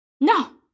No